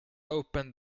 opened